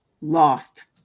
lost